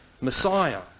Messiah